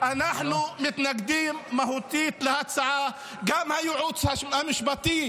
אנחנו מתנגדים מהותית להצעה וגם הייעוץ המשפטי.